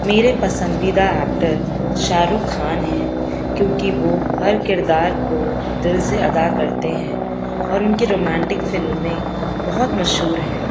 میرے پسندیدہ ایکٹر شاہ رخ خان ہیں کیونکہ وہ ہر کردار کو دل سے ادا کرتے ہیں اور ان کی رومانٹک فلمیں بہت مشہور ہیں